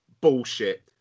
Bullshit